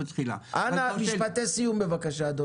משפטי סיום, בבקשה.